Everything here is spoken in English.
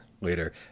later